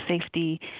safety